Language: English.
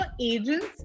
agents